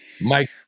Mike